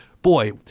boy